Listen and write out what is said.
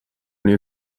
new